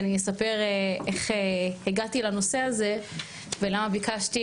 אני אספר איך הגעתי לנושא הזה ולמה ביקשתי